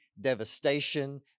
devastation